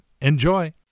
Enjoy